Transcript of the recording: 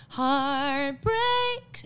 Heartbreak